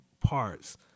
parts